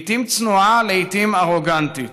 לעיתים צנועה, לעיתים ארוגנטית,